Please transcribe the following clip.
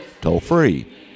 toll-free